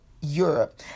Europe